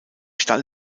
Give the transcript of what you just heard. stall